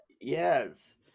yes